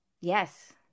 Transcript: Yes